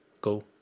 go